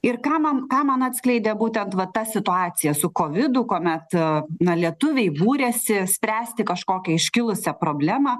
ir ką man ką man atskleidė būtent va ta situacija su kovidu kuomet na lietuviai būrėsi spręsti kažkokią iškilusią problemą